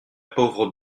pauvre